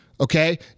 Okay